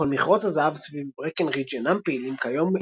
כל מכרות הזהב סביב ברקנרידג' אינם פעילים כיום,